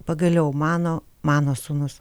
pagaliau mano mano sūnus